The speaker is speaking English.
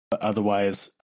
Otherwise